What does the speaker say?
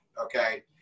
okay